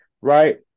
right